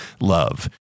love